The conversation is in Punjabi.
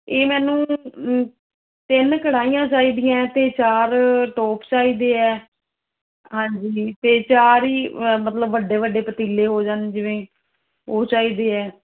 ਇਹ ਮੈਨੂੰ ਤਿੰਨ ਕੜਾਹੀਆਂ ਚਾਹੀਦੀਆਂ ਅਤੇ ਚਾਰ ਟੋਪ ਚਾਹੀਦੇ ਆ ਹਾਂਜੀ ਅਤੇ ਚਾਰ ਹੀ ਮਤਲਬ ਵੱਡੇ ਵੱਡੇ ਪਤੀਲੇ ਹੋ ਜਾਣ ਜਿਵੇਂ ਉਹ ਚਾਹੀਦੇ ਹੈ